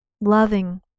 loving